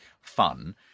fun